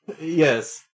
Yes